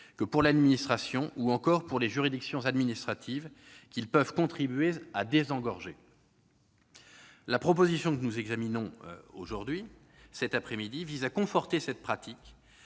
que pour l'administration, ou encore les juridictions administratives, qu'ils peuvent contribuer à désengorger. La proposition de loi que nous examinons cette après-midi vise à conforter cette pratique,